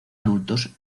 adultos